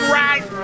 right